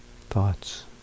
thoughts